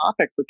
topic